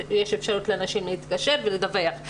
יש אפשרות לנשים להתקשר ולדווח.